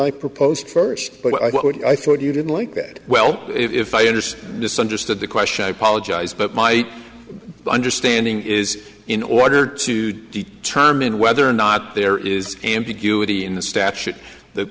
i proposed first but i thought you didn't like that well if i understood misunderstood the question i apologize but my understanding is in order to determine whether or not there is ambiguity in the